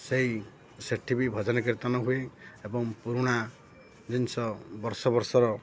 ସେଇ ସେଠି ବି ଭଜନ କୀର୍ତ୍ତନ ହୁଏ ଏବଂ ପୁରୁଣା ଜିନିଷ ବର୍ଷ ବର୍ଷର